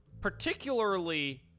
Particularly